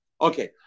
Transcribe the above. Okay